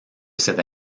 cette